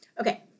Okay